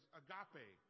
agape